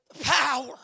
Power